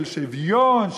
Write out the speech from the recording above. של שוויון,